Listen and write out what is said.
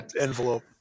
envelope